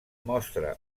mostra